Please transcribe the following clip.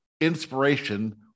inspiration